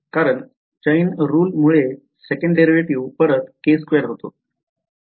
कारण chain रुलमुले second derivative परत k2 होतो